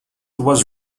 was